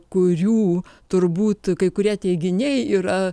kurių turbūt kai kurie teiginiai yra